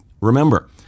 remember